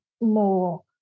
more